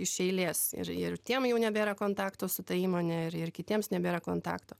iš eilės ir ir tiem jau nebėra kontakto su ta įmone ir ir kitiems nebėra kontakto